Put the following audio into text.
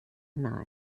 nein